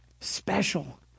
special